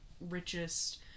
richest